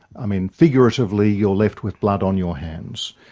i mean, figuratively, you're left with blood on your hands.